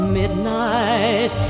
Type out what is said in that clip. midnight